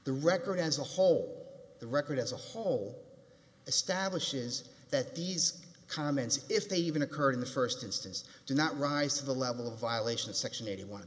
the record as a whole the record as a whole establishes that these comments if they even occurred in the first instance do not rise to the level of violation of section eighty one